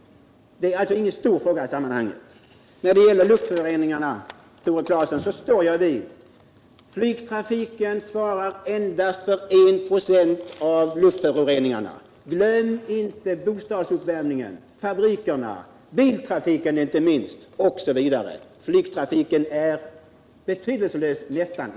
Det är alltså ingen stor fråga i sammanhanget. När det gäller luftföroreningarna står jag för min uppgift att flygtrafiken endast svarar för 1 96 av luftföroreningarna. Glöm inte bort bostadsuppvärmningen, fabrikerna, biltrafiken osv. Flygtrafiken är nästan betydelselös i sammanhanget.